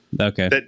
Okay